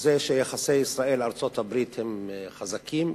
זה שיחסי ישראל ארצות-הברית הם חזקים,